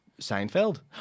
Seinfeld